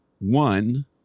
one